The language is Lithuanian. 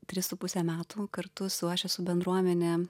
tris su puse metų kartu su aš esu bendruomene